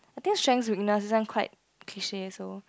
I think strengths weakness this one quite cliche so